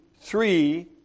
three